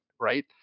Right